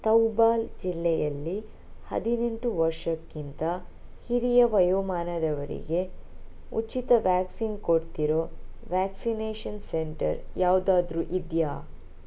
ತೌಬಾಲ್ ಜಿಲ್ಲೆಯಲ್ಲಿ ಹದಿನೆಂಟು ವರ್ಷಕ್ಕಿಂತ ಹಿರಿಯ ವಯೋಮಾನದವರಿಗೆ ಉಚಿತ ವ್ಯಾಕ್ಸಿನ್ ಕೊಡ್ತಿರೋ ವ್ಯಾಕ್ಸಿನೇಷನ್ ಸೆಂಟರ್ ಯಾವ್ದಾದ್ರೂ ಯಾವುದಾದ್ರೂ ಇದೆಯಾ